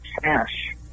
cash